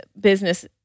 business